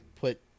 put